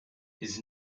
his